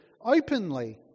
openly